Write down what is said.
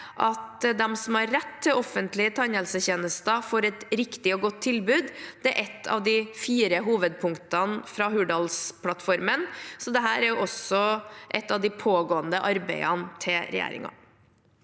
at de som har rett til offentlige tannhelsetjenester, får et riktig og godt tilbud, er et av de fire hovedpunktene fra Hurdalsplattformen, så dette er også et av de pågående arbeidene til regjeringen.